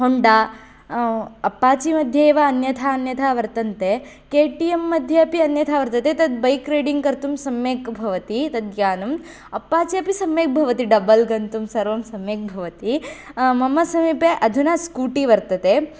Honda Apache मध्ये वा अन्यथा अन्यथा वर्तन्ते केटियम् मध्ये अपि अन्यथा वर्तते तत् बैक् रैडिङ् कर्तुं सम्यक् भवति तद्यानम् अप्पाचि अपि सम्यक् भवति डबल् गन्तुं सर्वं सम्यक् भवति मम समीपे अधुना स्कूटि वर्तते